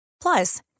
Plus